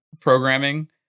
programming